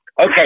Okay